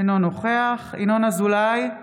אינו נוכח ינון אזולאי,